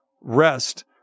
rest